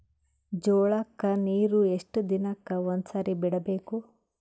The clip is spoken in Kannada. ಜೋಳ ಕ್ಕನೀರು ಎಷ್ಟ್ ದಿನಕ್ಕ ಒಂದ್ಸರಿ ಬಿಡಬೇಕು?